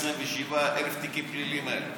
227,000 תיקים פליליים היו לו.